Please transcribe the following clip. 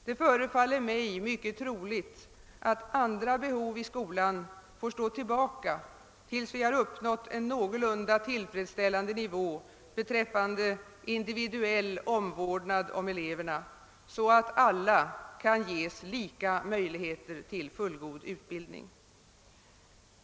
Det förefaller mig mycket troligt att andra behov i skolan får stå tillbaka tills vi uppnått en någorlunda tillfredsställande nivå beträffande individuell omvårdnad om eleverna, så att alla kan ges lika möjligheter till fullgod utbildning.